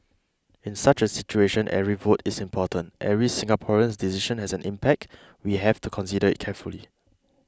in such a situation every vote is important every Singaporean's decision has an impact we have to consider it carefully